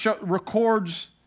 records